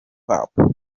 hop